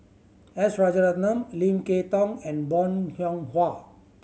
S Rajaratnam Lim Kay Tong and Bong Hiong Hwa